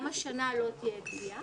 גם השנה לא תהיה פגיעה.